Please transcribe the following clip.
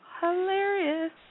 hilarious